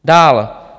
Dál.